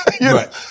Right